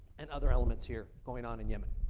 and other elements here going on in yemen.